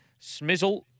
Smizzle